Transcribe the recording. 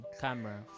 camera